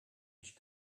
mich